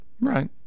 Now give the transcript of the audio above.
Right